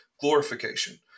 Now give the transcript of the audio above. glorification